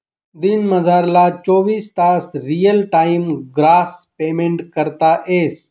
दिनमझारला चोवीस तास रियल टाइम ग्रास पेमेंट करता येस